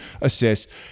assists